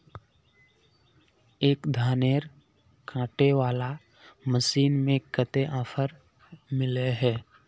एक धानेर कांटे वाला मशीन में कते ऑफर मिले है?